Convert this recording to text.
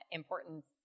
importance